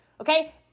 Okay